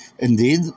Indeed